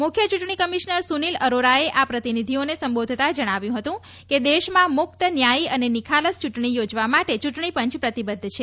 મુખ્ય ચ્રંટણી કમિશનર સુનીલ અરોરાએ આ પ્રતિનિધિઓને સંબોધતા જણાવ્યું હતું કે દેશમાં મુક્ત ન્યાયી અને નિખાલસ ચ્રંટણી યોજવા માટે ચ્રંટણી પંચ પ્રતિબદ્ધ છે